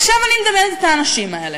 עכשיו אני מדברת על האנשים האלה,